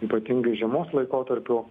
ypatingai žiemos laikotarpiu